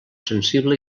sensible